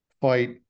fight